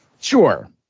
Sure